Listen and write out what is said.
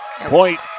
Point